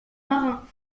marin